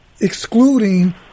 excluding